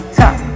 top